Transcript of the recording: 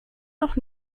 noch